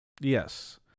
Yes